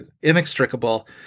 inextricable